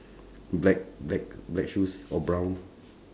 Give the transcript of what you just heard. black black black shoes or brown